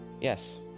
Yes